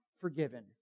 forgiven